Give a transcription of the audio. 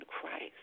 Christ